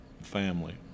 family